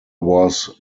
was